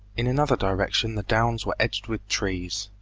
in another direction the downs were edged with trees,